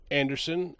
anderson